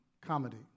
comedy